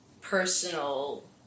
personal